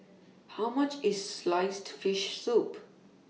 How much IS Sliced Fish Soup